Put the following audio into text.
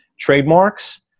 Trademarks